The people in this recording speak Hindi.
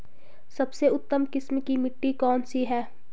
सबसे उत्तम किस्म की मिट्टी कौन सी है?